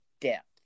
depth